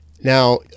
now